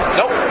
nope